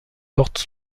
porte